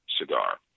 cigar